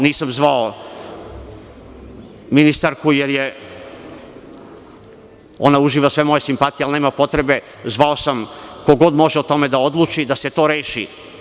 Nisam zvao ministarku, ona uživa sve moje simpatije, ali nema potrebe, zvao sam ko god može o tome da odluči da se to reši.